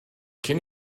can